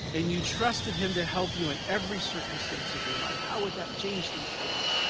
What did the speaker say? and you trusted him to help you in every circumstance of your life, how would that change things for you?